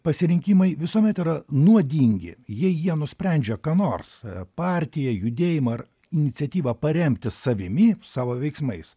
pasirinkimai visuomet yra nuodingi jei jie nusprendžia ką nors partiją judėjimą ar iniciatyvą paremti savimi savo veiksmais